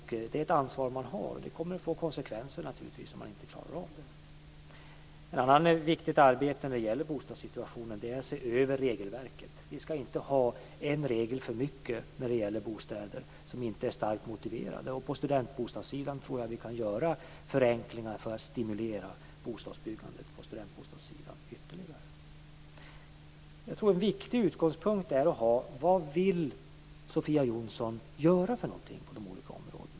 Det är ett ansvar man har, och det kommer att få konsekvenser om man inte klarar av det. Ett annat viktigt arbete när det gäller bostadssituationen är att se över regelverket. Vi ska inte ha regler på det här området som inte är starkt motiverade. Jag tror att vi kan göra förenklingar för att stimulera byggande av studentbostäder ytterligare. Jag tror att det är viktigt att ha en utgångspunkt. Vad vill Sofia Jonsson göra på de olika områdena?